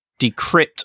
decrypt